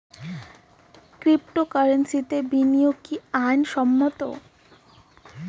ক্রিপ্টোকারেন্সিতে বিনিয়োগ কি আইন সম্মত?